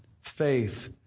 faith